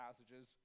passages